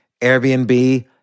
Airbnb